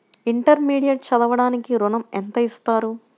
Intermediate చదవడానికి ఋణం ఎంత ఇస్తారు?